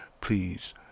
Please